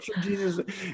Jesus